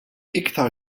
iktar